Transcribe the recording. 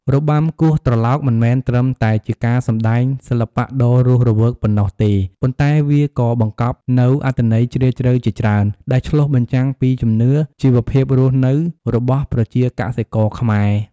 របាំគោះត្រឡោក មិនមែនត្រឹមតែជាការសម្តែងសិល្បៈដ៏រស់រវើកប៉ុណ្ណោះទេ ប៉ុន្តែវាក៏បង្កប់នូវអត្ថន័យជ្រាលជ្រៅជាច្រើន ដែលឆ្លុះបញ្ចាំងពីជំនឿ ជីវភាពរស់នៅរបស់ប្រជាកសិករខ្មែរ។